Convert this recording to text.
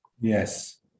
Yes